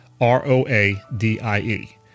R-O-A-D-I-E